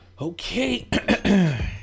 Okay